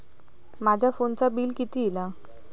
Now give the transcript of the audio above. माझ्या फोनचा बिल किती इला?